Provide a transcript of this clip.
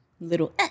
little